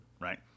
right